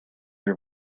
your